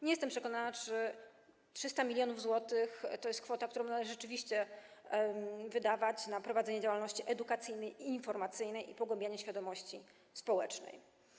Nie jestem przekonana, czy 300 mln zł to jest kwota, którą należy rzeczywiście wydawać na prowadzenie działalności edukacyjnej i informacyjnej oraz zwiększanie świadomości społecznej.